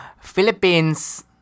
Philippines